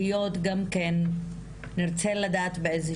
הן גם נשים גם זרות גם קורבנות אלימות ואז על